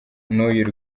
n’uyu